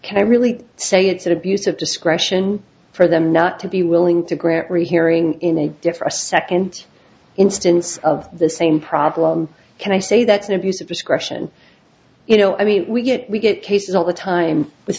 i really say it's an abuse of discretion for them not to be willing to grant rehearing in a different second instance of the same problem can i say that's an abuse of discretion you know i mean we get we get cases all the time with